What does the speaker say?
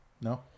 No